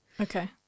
Okay